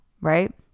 Right